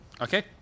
Okay